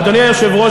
אדוני היושב-ראש,